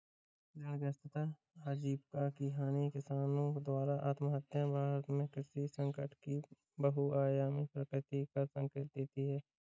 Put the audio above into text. ऋणग्रस्तता आजीविका की हानि किसानों द्वारा आत्महत्याएं भारत में कृषि संकट की बहुआयामी प्रकृति का संकेत देती है